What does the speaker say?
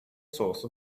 source